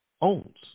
owns